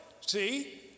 See